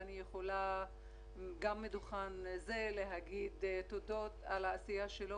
אני יכולה גם ממקום זה להגיד תודות על העשייה שלו